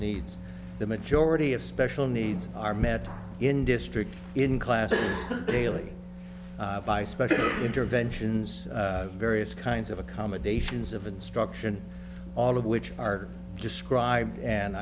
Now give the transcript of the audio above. needs the majority of special needs are met in district in classes daily by special interventions various kinds of accommodations of instruction all of which are described and